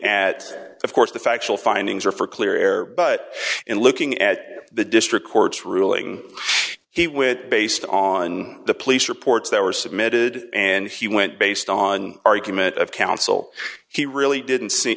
at of course the factual findings are for clear air but in looking at the district court's ruling it with based on the police reports that were submitted and he went based on argument of counsel he really didn't see